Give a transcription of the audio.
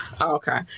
Okay